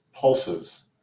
pulses